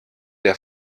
der